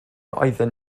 oeddwn